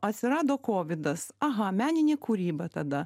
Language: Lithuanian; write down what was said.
atsirado kovidas aha meninė kūryba tada